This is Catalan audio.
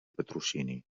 patrocini